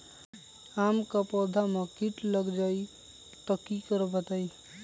आम क पौधा म कीट लग जई त की करब बताई?